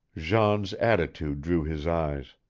jean's attitude drew his eyes.